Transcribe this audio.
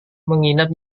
menginap